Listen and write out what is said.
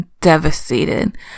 devastated